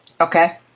Okay